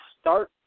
start